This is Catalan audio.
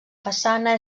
façana